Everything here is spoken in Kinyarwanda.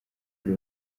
kuri